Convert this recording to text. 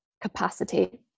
capacity